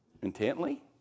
Intently